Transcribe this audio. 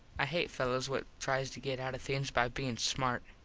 i hate fellos what tries to get out of things by bein smart.